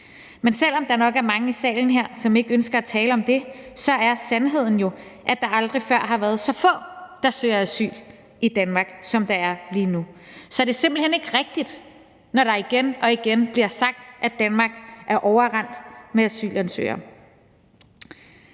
Men selv om der nok er mange i salen her, som ikke ønsker at tale om det, er sandheden jo, at der aldrig før har været så få, der søger asyl i Danmark, som der er lige nu. Så det er simpelt hen ikke rigtigt, når der igen og igen bliver sagt, at Danmark er overrendt af asylansøgere.